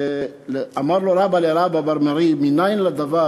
אמר לו רבא לרבה בר מרי, מנין לדבר